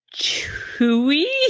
chewy